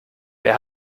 wer